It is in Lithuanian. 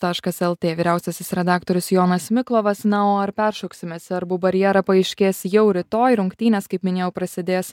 taškas lt vyriausiasis redaktorius jonas miklovas na o ar peršoksime serbų barjerą paaiškės jau rytoj rungtynės kaip minėjau prasidės